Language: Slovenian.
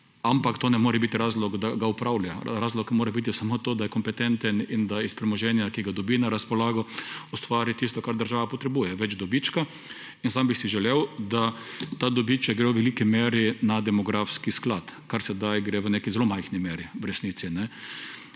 ampak to ne more biti razlog, da ga upravlja. Razlog mora biti samo to, da je kompetenten, in da iz premoženja, ki ga dobi na razpolago, ustvari tisto kar država potrebuje, več dobička in sam bi si želel, da ta dobiček gre v veliki meri na demografski sklad, ker sedaj gre v neki zelo majhni meri, v resnici.